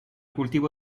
cultivo